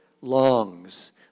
Longs